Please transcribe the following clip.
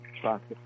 process